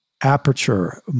aperture